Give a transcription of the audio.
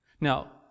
Now